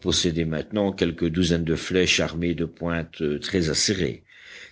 possédait maintenant quelques douzaines de flèches armées de pointes très acérées